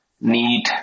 need